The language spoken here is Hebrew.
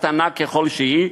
קטנה ככל שהיא,